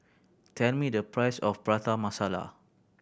tell me the price of Prata Masala